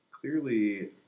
clearly